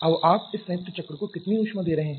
अब आप इस संयुक्त चक्र को कितनी ऊष्मा दे रहे हैं